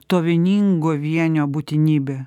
to vieningo vienio būtinybė